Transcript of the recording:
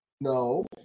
No